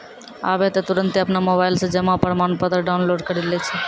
आबै त तुरन्ते अपनो मोबाइलो से जमा प्रमाणपत्र डाउनलोड करि लै छै